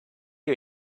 you